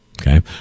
Okay